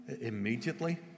immediately